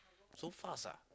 so fast ah